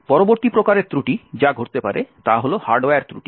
পরবর্তী প্রকারের ত্রুটি যা ঘটতে পারে তা হল হার্ডওয়্যার ত্রুটি